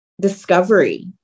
discovery